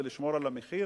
ולשמור על המחיר?